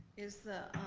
is the